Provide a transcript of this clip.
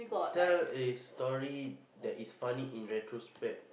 tell a story that is funny in retrospect